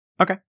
Okay